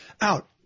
out